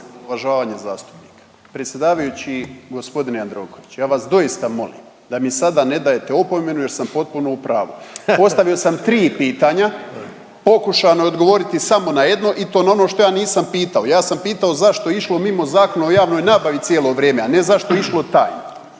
uvažavanje zastupnika. Predsjedavajući gospodine Jandrokoviću ja vas doista molim da mi sada ne dajete opomenu jer sam potpuno u pravu. Postavio sam 3 pitanja, pokušano je odgovoriti samo na jedno i to na ono što ja nisam pitao. Ja sam pitao zašto je išlo mimo Zakona o javnoj nabavi cijelo vrijeme, a ne zašto je išlo tajno,